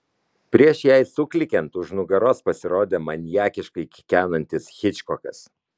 prieš jai suklykiant už nugaros pasirodė maniakiškai kikenantis hičkokas